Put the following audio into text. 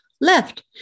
left